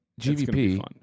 GVP